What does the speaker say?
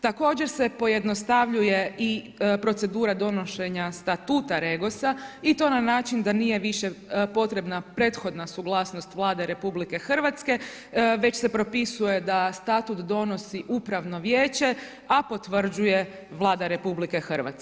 Također se pojednostavljuje i procedura donošenja statuta REGOS-a i ti na način da nije više potrebna prethodna suglasnost Vlade RH već se propisuje da statut donosi upravno vijeće a potvrđuje Vlada RH.